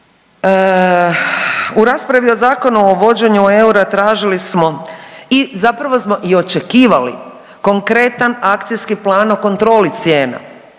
U raspravi o Zakonu o uvođenju eura tražili smo i zapravo smo i očekivali konkretan akcijski plan o kontroli cijena